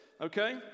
okay